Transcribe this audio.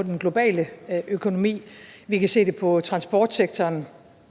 i den globale økonomi – vi kan se det på transportsektoren,